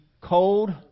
cold